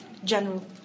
General